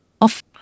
Off